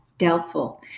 Doubtful